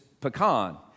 pecan